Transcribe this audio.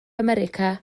america